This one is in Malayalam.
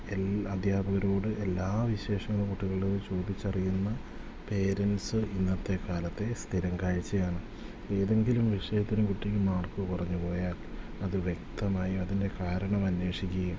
എല്ലാ അദ്ധ്യാപകരോട് എല്ലാ വിശേഷങ്ങളും കുട്ടികളുടെ ചോദിച്ചറിയുന്ന പേരെൻറ്റ്സ് ഇന്നത്തെ കാലത്തെ സ്ഥിരം കാഴ്ചയാണ് ഏതെങ്കിലും വിഷയത്തിന് കുട്ടിക്ക് മാർക്ക് കുറഞ്ഞു പോയാൽ അത് വ്യക്തമായും അതിൻ്റെ കാരണം അന്വേഷിക്കുകയും